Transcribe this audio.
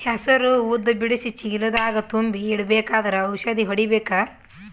ಹೆಸರು ಉದ್ದ ಬಿಡಿಸಿ ಚೀಲ ದಾಗ್ ತುಂಬಿ ಇಡ್ಬೇಕಾದ್ರ ಔಷದ ಹೊಡಿಬೇಕ?